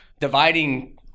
dividing –